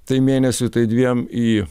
tai mėnesiui tai dviem į